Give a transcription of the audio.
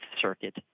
Circuit